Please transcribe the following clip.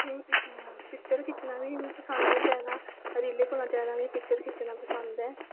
ते पिक्चर खिच्चना बी मी पसंद ऐ जादा रीलें कोला जादा मिगी पिक्चर खिच्चना पसंद ऐ